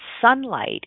sunlight